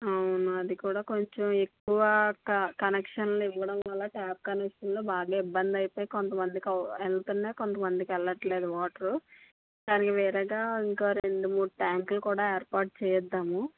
అవును అది కూడా కొంచెం ఎక్కువ క కనెక్షన్లు ఇవ్వడం వల్ల టాప్ కనెక్షన్లు బాగా ఇబ్బంది అయితే కొంతమందికి వెళ్తున్నాయి కొంతమందికి వెళ్ళట్లేదు వాటరు కానీ వేరేగా ఇంకా రెండు మూడు ట్యాంకులు కూడా ఏర్పాటు చెయ్యిద్దాము